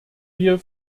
wir